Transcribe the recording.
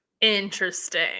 Interesting